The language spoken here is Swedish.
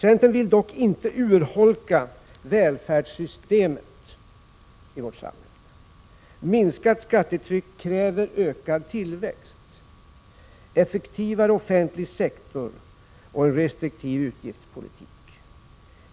Centern vill dock inte urholka välfärdssystemet i vårt samhälle. Minskat skattetryck kräver ökad tillväxt, en effektivare offentlig sektor och en restriktiv utgiftspolitik.